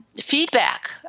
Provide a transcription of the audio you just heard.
feedback